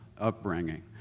upbringing